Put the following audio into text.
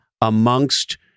amongst